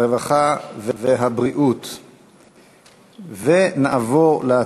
הרווחה והבריאות נתקבלה.